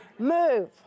Move